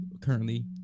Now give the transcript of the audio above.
currently